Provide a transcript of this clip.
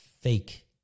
fake